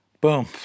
Boom